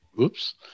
Oops